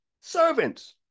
servants